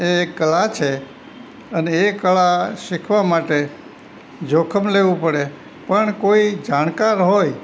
એ એક કલા છે અને એ કલા શીખવા માટે જોખમ લેવું પડે પણ કોઈ જાણકાર હોય